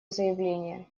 заявление